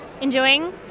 Enjoying